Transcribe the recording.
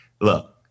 look